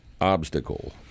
obstacle